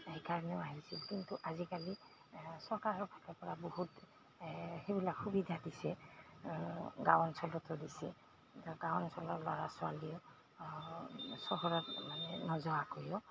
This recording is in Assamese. সেইকাৰণেও আহিছিল কিন্তু আজিকালি চৰকাৰৰফালৰপৰা বহুত সেইবিলাক সুবিধা দিছে গাঁও অঞ্চলতো দিছে গাঁও অঞ্চলৰ ল'ৰা ছোৱালীয়েও চহৰত মানে নোযোৱাকৈও